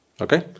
Okay